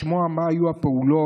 לשמוע מה היו הפעולות,